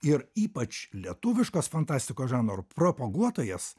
ir ypač lietuviškos fantastikos žanro propaguotojas